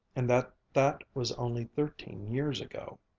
and that that was only thirteen years ago.